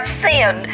sin